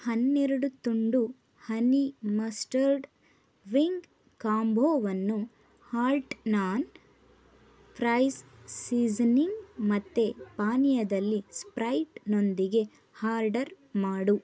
ಹನ್ನೆರಡು ತುಂಡು honey mustard wing ಕಾಂಬೊವನ್ನು ಆಲ್ಟ್ನಾನ್ ಫ್ರೈಸ್ ಸೀಸನಿಂಗ್ ಮತ್ತು ಪಾನೀಯದಲ್ಲಿ ಸ್ಪ್ರೈಟ್ನೊಂದಿಗೆ ಆರ್ಡರ್ ಮಾಡು